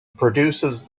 produces